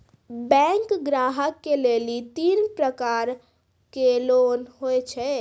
Bank ग्राहक के लेली तीन प्रकर के लोन हुए छै?